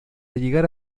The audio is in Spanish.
llegar